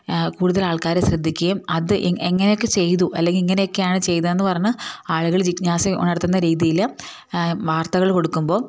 കൂടുതൽ ആൾക്കാർ ശ്രദ്ധിക്കുകയും അത് എങ്ങനെയൊക്കെ ചെയ്തു അല്ലെങ്കിൽ ഇങ്ങനെയൊക്കെയാണ് ചെയ്തതെന്ന് പറഞ്ഞു ആളുകൾ ജിജ്ഞാസ ഉണർത്തുന്ന രീതിയിൽ വാർത്തകൾ കൊടുക്കുമ്പോൾ